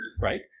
Right